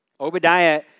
Obadiah